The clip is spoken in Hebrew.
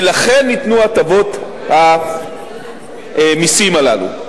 ולכן ניתנו הטבות המסים הללו.